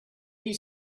you